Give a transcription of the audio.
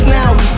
now